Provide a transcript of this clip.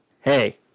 Hey